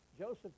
Joseph